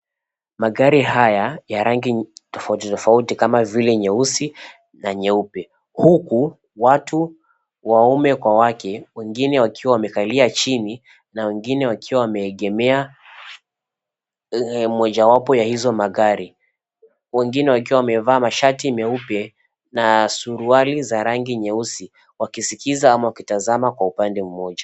Magari haya ya rangi tofauti tofauti kama vile nyeusi na nyeupe. Huku watu, waume kwa wake wengine wakiwa wamekalia chini na wengine wakiwa wameegemea mojawapo ya hizo magari, wengine wakiwa wamevaa mashati meupe na suruali za rangi nyeusi wakisikiza ama wakitazama kwa upande mmoja.